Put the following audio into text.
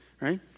right